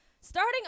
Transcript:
starting